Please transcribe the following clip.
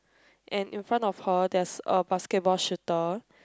and in front of her there's a basketball shooter